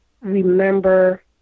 remember